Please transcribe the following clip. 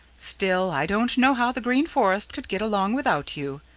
still i don't know how the green forest could get along without you.